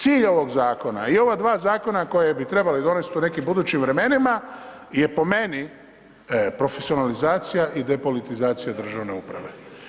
Cilj ovog zakona i ova dva zakona koja bi trebali donesti u nekim budućim vremenima je po meni profesionalizacija i depolitizacija državne uprave.